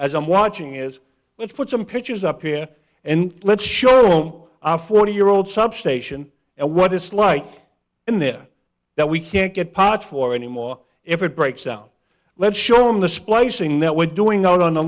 as i'm watching is let's put some pictures up here and let's show a forty year old substation and what it's like in there that we can't get parts for anymore if it breaks out let's show them the splicing that we're doing out on the